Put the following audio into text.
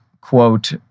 quote